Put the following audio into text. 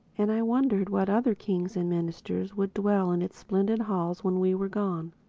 and i wondered what other kings and ministers would dwell in its splendid halls when we were gone.